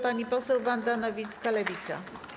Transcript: Pani poseł Wanda Nowicka, Lewica.